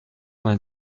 vingt